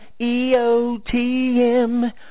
EOTM